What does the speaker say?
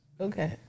Okay